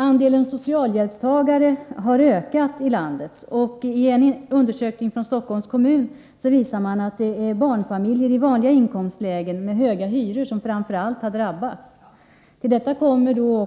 Andelen socialhjälpstagare har ökat i landet, och en undersökning från Stockholms kommun visar att det är barnfamiljerna i vanliga inkomstlägen och med höga hyror som framför allt har drabbats. Till detta kommer